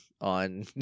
on